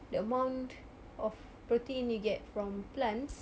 the amount of protein you get from plants